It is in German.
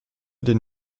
den